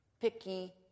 picky